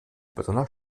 besonders